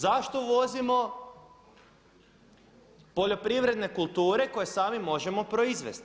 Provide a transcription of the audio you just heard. Zašto uvozimo poljoprivredne kulture koje sami možemo proizvesti?